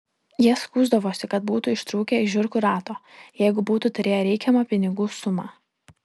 jie skųsdavosi kad būtų ištrūkę iš žiurkių rato jeigu būtų turėję reikiamą pinigų sumą